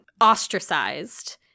ostracized